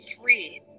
three